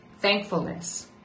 Thankfulness